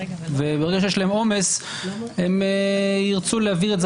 וברגע שיש להם עומס הם ירצו להעביר את זה